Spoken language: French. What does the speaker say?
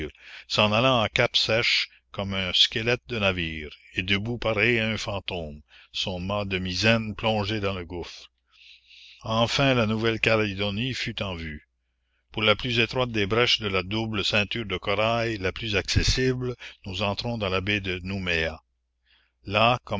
s'en allant à cape sèche comme un squelette de navire et debout pareille à un fantôme son mât de misaine plongé dans le gouffre enfin la nouvelle calédonie fut en vue par la plus étroite des brèches de la double ceinture de corail la plus accessible nous entrons dans la baie de nouméa là